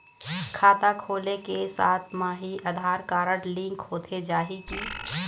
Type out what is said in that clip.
खाता खोले के साथ म ही आधार कारड लिंक होथे जाही की?